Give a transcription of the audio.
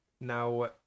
now